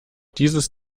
dieses